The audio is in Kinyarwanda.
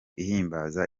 ihimbaza